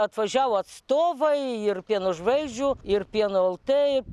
atvažiavo atstovai ir pieno žvaigždžių ir pieno lt